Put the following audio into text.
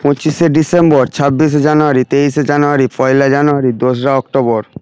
পঁচিশে ডিসেম্বর ছাব্বিশে জানুয়ারি তেইশে জানুয়ারি পয়লা জানুয়ারি দোসরা অক্টোবর